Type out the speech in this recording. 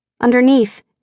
Underneath